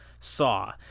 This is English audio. Saw